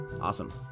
awesome